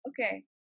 Okay